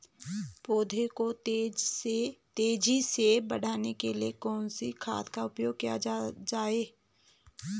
पौधों को तेजी से बढ़ाने के लिए कौन से खाद का उपयोग किया जाए?